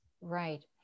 right